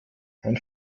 ein